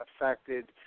affected